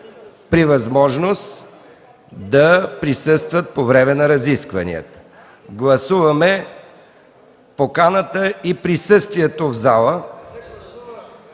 при възможност да присъстват по време на разискванията. Гласуваме поканата и присъствието в залата.